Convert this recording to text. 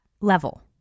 level